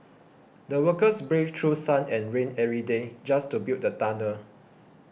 the workers braved through sun and rain every day just to build the tunnel